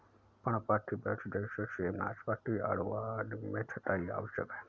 पर्णपाती वृक्ष जैसे सेब, नाशपाती, आड़ू आदि में छंटाई आवश्यक है